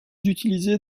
utilisés